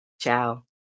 Ciao